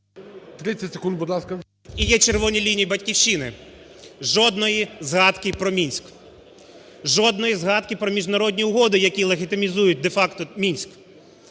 30 секунд, будь ласка. РЯБЧИН О.М. І є "червоні лінії" "Батьківщини": жодної згадки про Мінськ; жодної згадки про міжнародні угоди, які легітимізують де-факто Мінськ;